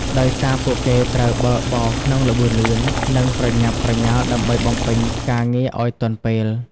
ដោយសារពួកគេត្រូវបើកបរក្នុងល្បឿនលឿន និងប្រញាប់ប្រញាល់ដើម្បីបំពេញការងារឱ្យទាន់ពេល។